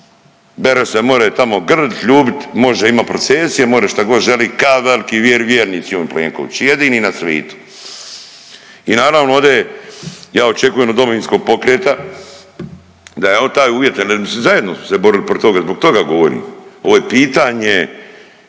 Beroš se tamo može grlit, ljubit, može imat procesije more šta god želit ka veliki vjernici on i Plenković, jedini na svitu. I naravno ovde ja očekujem od Domovinskog pokreta da je on taj uvjet, zajedno su se borili protiv toga, zbog toga govorim. Ovo je pitanje